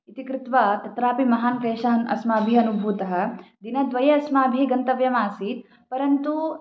इति कृत्वा तत्रापि महान् क्लेशान् अस्माभिः अनुभूतः दिनद्वये अस्माभिः गन्तव्यमासीत् परन्तु